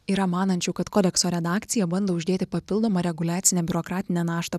yra manančių kad kodekso redakcija bando uždėti papildomą reguliacinę biurokratinę naštą